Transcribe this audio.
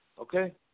Okay